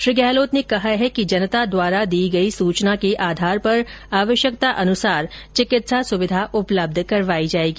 श्री गहलोत ने कहा है कि जनता द्वारा दी गई सूचना के आधार पर आवश्यकतानुसार चिकित्सा सुविधा उपलब्ध करवायी जायेगी